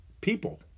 people